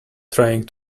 trying